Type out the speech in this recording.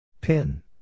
Pin